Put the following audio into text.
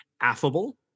affable